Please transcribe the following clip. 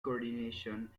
coordination